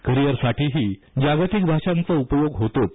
करियरच्या साठीही जागतिक भाषांचा उपयोग होतोच